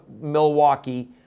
Milwaukee